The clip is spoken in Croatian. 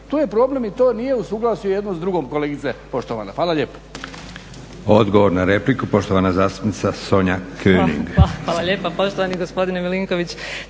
Tu je problem i to nije u suglasju jedno s drugim kolegice poštovana. Hvala lijepo.